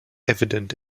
evident